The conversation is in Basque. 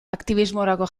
aktibismorako